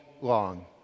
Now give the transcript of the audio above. long